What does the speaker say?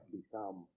become